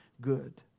good